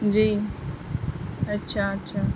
جی اچھا اچھا